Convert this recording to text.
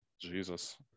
Jesus